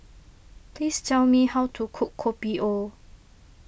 please tell me how to cook Kopi O